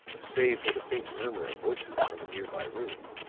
save for the faint murmur of voices from a near-by room,